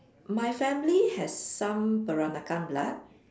my family has some Peranakan blood